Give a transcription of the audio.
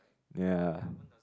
ya